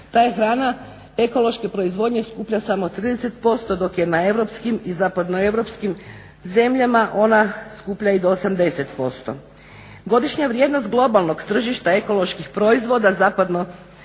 je hrana ekološke proizvodnje skuplja samo 30% dok je na europskim i zapadnoeuropskim zemljama ona skuplja i do 80%. Godišnja vrijednost globalnog tržišta ekoloških proizvoda zapadno